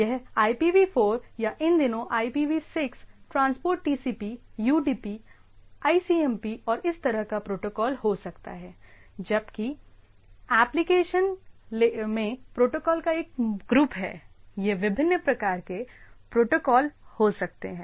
यह IPv4 या इन दिनों IPv6 transport TCP UDP ICMP और इस तरह का प्रोटोकॉल हो सकता है जबकि एप्लिकेशन में प्रोटोकॉल का एक ग्रुप है यह विभिन्न प्रकार के प्रोटोकॉल हो सकते हैं